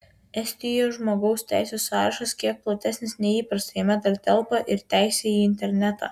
estijoje žmogaus teisių sąrašas kiek platesnis nei įprasta jame dar telpa ir teisė į internetą